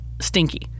stinky